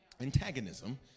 Antagonism